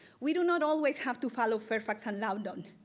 we do not always have to follow fairfax and loudoun.